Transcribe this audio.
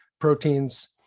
Proteins